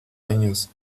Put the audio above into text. años